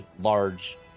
large